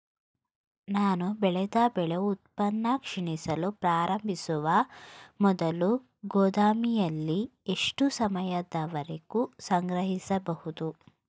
ನಾನು ಬೆಳೆದ ಬೆಳೆ ಉತ್ಪನ್ನ ಕ್ಷೀಣಿಸಲು ಪ್ರಾರಂಭಿಸುವ ಮೊದಲು ಗೋದಾಮಿನಲ್ಲಿ ಎಷ್ಟು ಸಮಯದವರೆಗೆ ಸಂಗ್ರಹಿಸಬಹುದು?